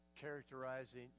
characterizing